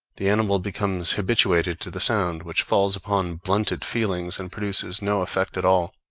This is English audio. the animal becomes habituated to the sound, which falls upon blunted feelings and produces no effect at all.